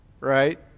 Right